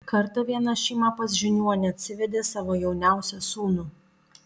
kartą viena šeima pas žiniuonį atsivedė savo jauniausią sūnų